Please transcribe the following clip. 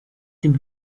dem